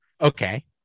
Okay